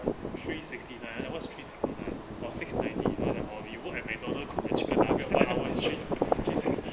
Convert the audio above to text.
three sixty nine aiden what's three sixty nine !wah! six ninety what about you work at McDonald's cook the chicken nugget one hour is three sis~ three sixty